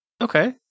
Okay